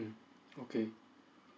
mm okay